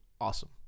awesome